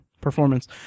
performance